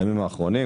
בימים האחרונים.